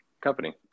company